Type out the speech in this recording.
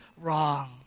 wrong